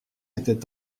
était